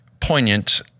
poignant